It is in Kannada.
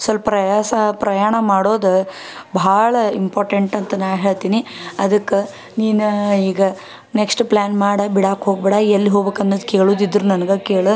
ಸ್ವಲ್ಪ್ ಪ್ರಯಾಸ ಪ್ರಯಾಣ ಮಾಡೋದು ಭಾಳ ಇಂಪಾರ್ಟೆಂಟ್ ಅಂತ ನಾ ಹೇಳ್ತೀನಿ ಅದಕ್ಕೆ ನೀನು ಈಗ ನೆಕ್ಸ್ಟ್ ಪ್ಲ್ಯಾನ್ ಮಾಡಿ ಬಿಡೋಕ್ ಹೊಗಬೇಡ ಎಲ್ಲಿ ಹೋಗ್ಬೆಕು ಅನ್ನೋದು ಕೇಳೋದಿದ್ರ್ ನನ್ಗೆ ಕೇಳು